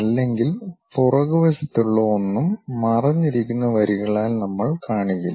അല്ലെങ്കിൽ പുറകുവശത്തുള്ള ഒന്നും മറഞ്ഞിരിക്കുന്ന വരികളാൽ നമ്മൾ കാണിക്കില്ല